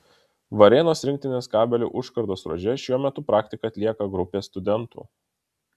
varėnos rinktinės kabelių užkardos ruože šiuo metu praktiką atlieka grupė studentų